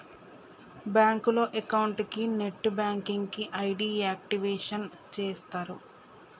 బ్యాంకులో అకౌంట్ కి net banking కి ఐడి యాక్టివేషన్ చేస్తరు